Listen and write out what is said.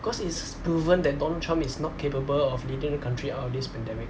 cause it's proven that donald trump is not capable of leading the country out of this pandemic